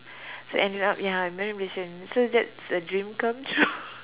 so ended up ya I marry a Malaysian so that's a dream come true